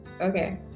Okay